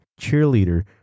cheerleader